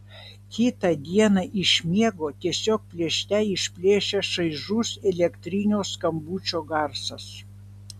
kitą dieną iš miego tiesiog plėšte išplėšia šaižus elektrinio skambučio garsas